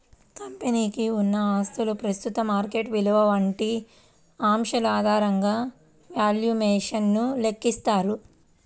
కంపెనీకి ఉన్న ఆస్తుల ప్రస్తుత మార్కెట్ విలువ వంటి అంశాల ఆధారంగా వాల్యుయేషన్ ను లెక్కిస్తారు